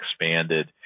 expanded